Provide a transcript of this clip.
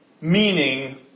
meaning